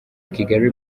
kigali